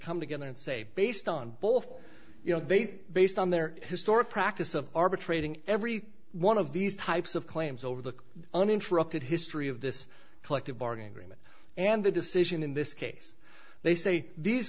come together and say based on both you know they based on their historic practice of arbitrating every one of these types of claims over the uninterrupted history of this collective bargaining agreement and the decision in this case they say these